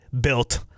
built